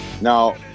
Now